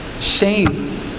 shame